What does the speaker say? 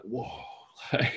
whoa